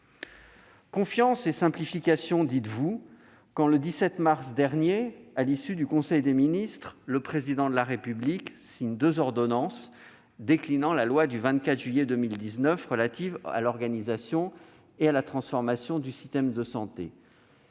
Confiance et simplification », dites-vous, quand le 17 mars dernier, à l'issue du conseil des ministres, le Président de la République a signé deux ordonnances déclinant les dispositions de la loi du 24 juillet 2019 relative à l'organisation et à la transformation du système de santé.